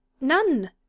None